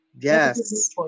Yes